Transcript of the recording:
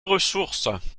ressources